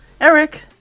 Eric